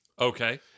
Okay